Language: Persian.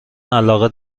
علاقه